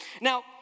Now